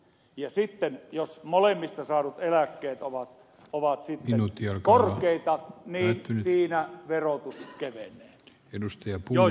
ja sitten jos molemmista saadut eläkkeet ovat korkeita niin siinä verotus kevenee joissakin tapauksissa